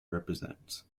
represent